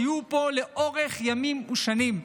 תהיו פה לאורך ימים ושנים.